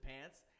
pants